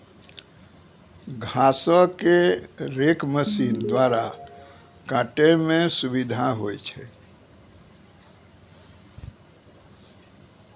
घासो क rake machine द्वारा काटै म सुविधा होय छै